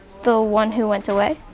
the one who went away?